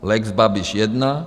Lex Babiš jedna.